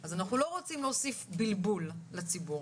אז אנחנו לא רוצים להוסיף בלבול לציבור,